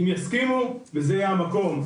אם יסכימו וזה יהיה המקום,